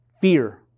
fear